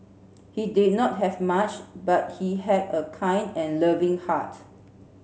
he did not have much but he had a kind and loving heart